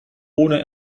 ohne